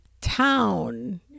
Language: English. town